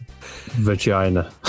vagina